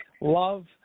love